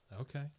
Okay